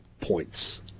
points